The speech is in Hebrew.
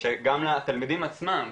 שגם לתלמידים עצמם,